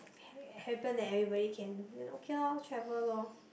happen that everybody can then okay loh travel loh